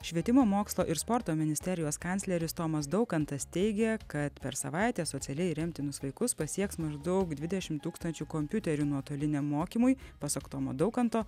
švietimo mokslo ir sporto ministerijos kancleris tomas daukantas teigė kad per savaitę socialiai remtinus vaikus pasieks maždaug dvidešimt tūkstančių kompiuterių nuotoliniam mokymui pasak tomo daukanto